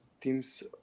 teams